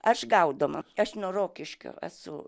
aš gaudoma aš nuo rokiškio esu